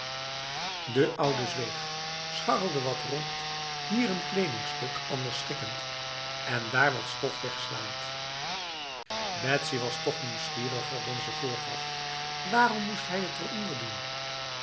de oude zweeg scharrelde wat rond hier een kledingstuk anders schikkend en daar wat stof wegslaand betsy was toch nieuwsgieriger dan ze voorgaf waarom moest hij het eronder doen